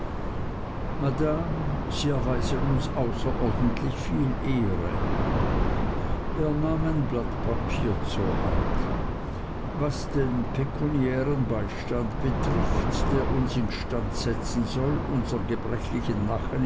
sie erweisen uns außerordentlich viel ehre er nahm ein blatt papier zur hand was den pekuniären beistand betrifft der uns instand setzen soll unsern gebrechlichen nachen